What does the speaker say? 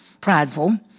prideful